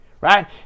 right